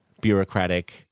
bureaucratic